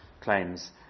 claims